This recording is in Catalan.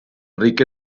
ric